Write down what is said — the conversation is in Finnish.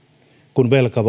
kun velka